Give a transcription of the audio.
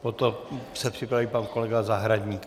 Potom se připraví pan kolega Zahradník.